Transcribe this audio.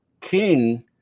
King